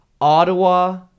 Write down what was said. Ottawa